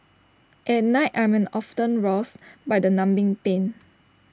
at night I am often roused by the numbing pain